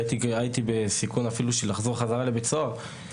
הייתי בסיכון אפילו לחזור חזרה לבית סוהר.